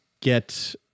get